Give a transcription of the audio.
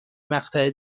مقطع